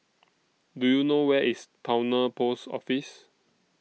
Do YOU know Where IS Towner Post Office